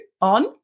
on